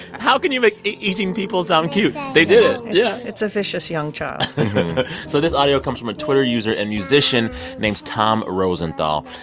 how can you make eating people sound cute? they did it. yeah it's a vicious young child so this audio comes from a twitter user and musician name's tom rosenthal.